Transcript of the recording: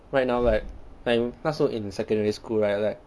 right now like I'm 那时候 in secondary school right like